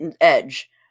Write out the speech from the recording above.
edge